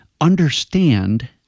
Understand